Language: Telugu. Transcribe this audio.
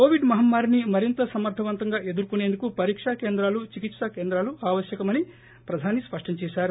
కోవిడ్ మహమ్మారిని మరింత సమర్గవంతంగా ఎదుర్కొనేందుకు పరీకా కేంద్రాలు చికిత్సా కేంద్రాల ఆవశ్యకమని ప్రధాని స్పష్టం చేశారు